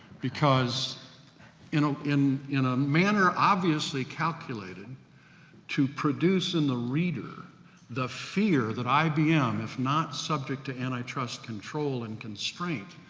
because you know in, in a manner obviously calculated to produce in the reader the fear, that ibm, if not subject to antitrust control and constraint,